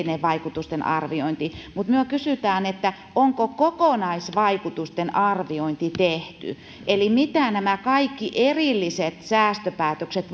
se erillinen vaikutusten arviointi mutta me kysymme onko tehty kokonaisvaikutusten arviointi eli mitä nämä kaikki erilliset säästöpäätökset